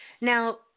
Now